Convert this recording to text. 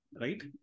right